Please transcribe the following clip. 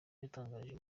yatangiriye